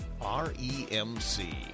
REMC